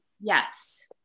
yes